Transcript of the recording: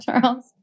Charles